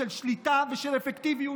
של שליטה ושל אפקטיביות,